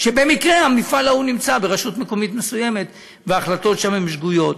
כשבמקרה המפעל ההוא נמצא ברשות מקומית מסוימת וההחלטות שם הן שגויות.